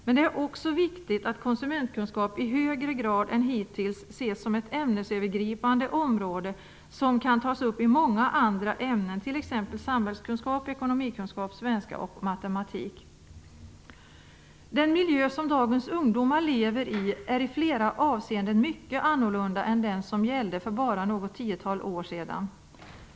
Men det är också viktigt att konsumentkunskap i högre grad än hittills ses som ett ämnesövergripande område som kan tas upp i många andra ämnen, t.ex. Den miljö som dagens ungdomar lever i är i flera avseenden mycket annorlunda än den som gällde för bara något tiotal år sedan.